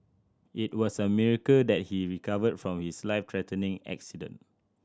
it was a miracle that he recovered from his life threatening accident